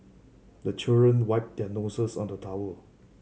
the children wipe their noses on the towel